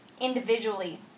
individually